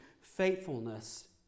faithfulness